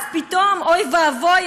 אז פתאום אוי ואבוי,